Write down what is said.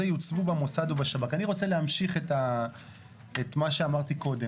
אני רוצה להציע הצעה למיזוג של שני החוקים האלה לחוק אחד.